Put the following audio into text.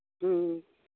ꯎꯝ